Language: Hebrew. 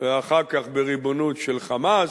ואחר כך בריבונות של "חמאס"